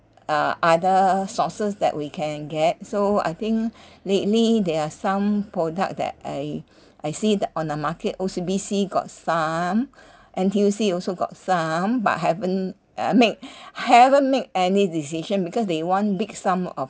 uh other sources that we can get so I think lately there are some product that I I see it the on the market O_C_B_C got some N_T_U_C also got some but haven't uh make haven't make any decision because they want big sum of